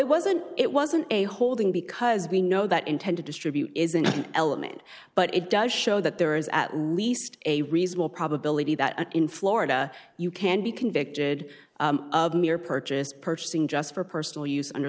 wasn't it wasn't a holding because we know that intend to distribute is an element but it does show that there is at least a reasonable probability that in florida you can be convicted of mere purchase purchasing just for personal use under